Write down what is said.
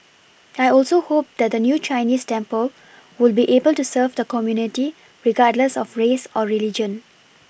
I also hope that the new Chinese temple will be able to serve the community regardless of race or religion